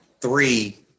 three